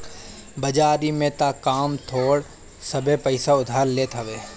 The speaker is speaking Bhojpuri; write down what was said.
बाजारी में तअ कम थोड़ सभे पईसा उधार लेत हवे